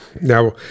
now